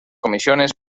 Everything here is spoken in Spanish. comisiones